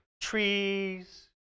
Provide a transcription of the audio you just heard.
trees